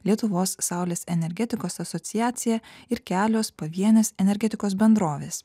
lietuvos saulės energetikos asociacija ir kelios pavienės energetikos bendrovės